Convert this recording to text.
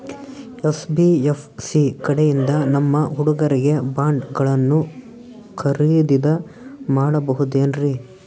NBFC ಕಡೆಯಿಂದ ನಮ್ಮ ಹುಡುಗರಿಗೆ ಬಾಂಡ್ ಗಳನ್ನು ಖರೀದಿದ ಮಾಡಬಹುದೇನ್ರಿ?